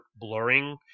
blurring